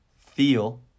feel